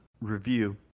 review